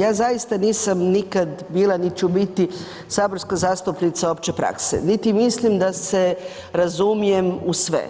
Ja zaista nisam nikad bila niti ću biti saborska zastupnica opće prakse niti mislim da se razumijem u sve